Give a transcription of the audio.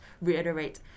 reiterate